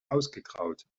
ausgegraut